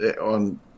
on